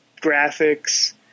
graphics